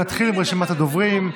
נתחיל ברשימת הדוברים.